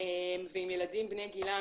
ועם ילדים בני גילם,